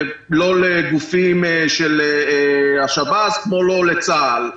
לא לגופים של השב"ס כמו לא לצה"ל.